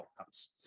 outcomes